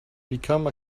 become